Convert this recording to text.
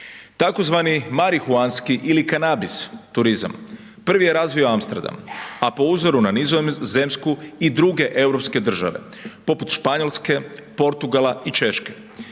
Tzv. marihuanski ili kanabis turizam prvi je razvio Amsterdam, a po uzoru na Nizozemsku i druge europske države, poput Španjolske, Portugala i Češke.